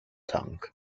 tongue